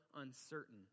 uncertain